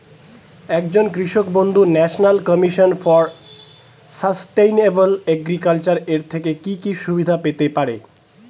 একজন কৃষক বন্ধু national commission for sustainable agriculture এর থেকে কি কি সুবিধা পেতে পারে?